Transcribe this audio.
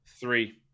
Three